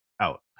out